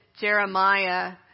Jeremiah